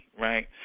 right